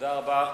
תודה רבה,